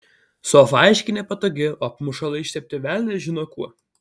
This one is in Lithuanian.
sofa aiškiai nepatogi o apmušalai ištepti velnias žino kuo